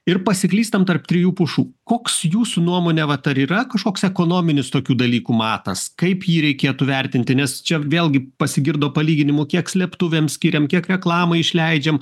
ir pasiklystam tarp trijų pušų koks jūsų nuomone vat ar yra kažkoks ekonominis tokių dalykų matas kaip jį reikėtų vertinti nes čia vėlgi pasigirdo palyginimų kiek slėptuvėms skiriam kiek reklamai išleidžiam